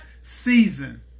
Season